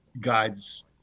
guides